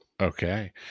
okay